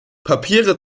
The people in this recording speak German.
papiere